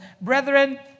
brethren